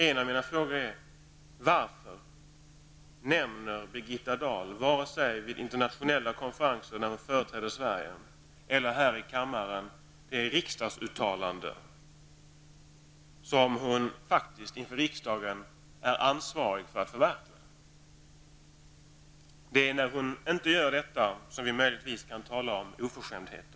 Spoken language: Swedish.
En av minna frågor är: Varför nämner Birgitta Dahl inte, vare sig när hon vid internationella konferenser företräder Sverige eller här i kammaren, det riksdagsuttalande som hon faktiskt inför riksdagen är ansvarig för att förverkliga? Det är när hon inte gör det som vi möjligtvis kan tala om oförskämdheter.